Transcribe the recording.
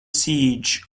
siege